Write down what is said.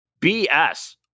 BS